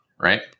right